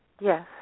Yes